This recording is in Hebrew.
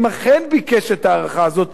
אם אכן ביקש את ההארכה הזאת,